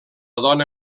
dona